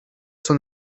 son